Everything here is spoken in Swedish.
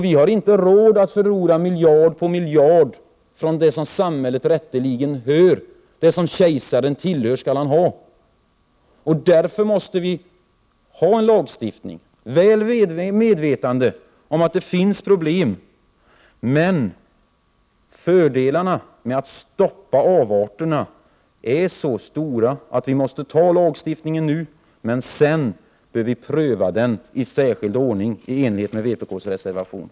Vi har inte råd att förlora miljard på miljard av det som samhället rätteligen tillhör — det som kejsaren tillhör skall han ha. Därför anser vi att det måste till en lagstiftning, i fullt medvetande om att det finns problem med densamma. Fördelarna med att stoppa avarterna är emellertid så stora att lagstiftningen nu måste antas, och sedan bör den Prot. 1988/89:45